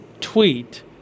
tweet